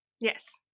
Yes